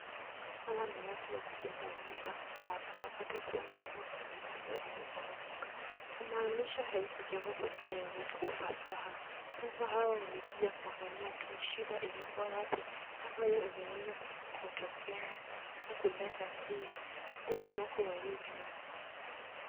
Hawa ni watu wa kuchenga nyumba na tunapata kuwa kuna chumba imeporomoka kumaanisha haikuchengwa kwa njia ya ufasaha sasa hawa wamekuja kuangalia tu shida ilikuwa wapi ambayo ingeweza kutokea au kuleta poromoko wa hii chumba